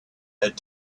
had